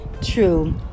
True